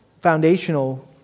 foundational